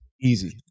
easy